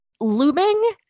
looming